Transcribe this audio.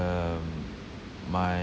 um my~